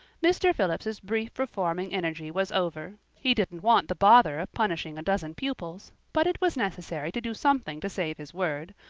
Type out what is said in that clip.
mr. phillips's brief reforming energy was over he didn't want the bother of punishing a dozen pupils but it was necessary to do something to save his word,